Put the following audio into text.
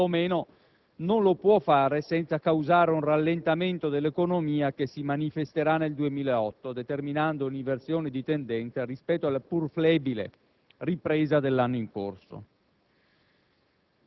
o, perlomeno, non lo può fare senza causare un rallentamento dell'economia che si manifesterà nel 2008, determinando un'inversione di tendenza rispetto alla pur flebile ripresa dell'anno in corso.